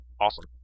Awesome